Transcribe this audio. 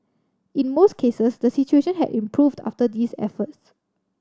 in most cases the situation had improved after these efforts